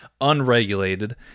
unregulated